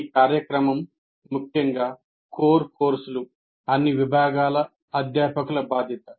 ఈ కార్యక్రమం ముఖ్యంగా కోర్ కోర్సులు అన్ని విభాగాల అధ్యాపకుల బాధ్యత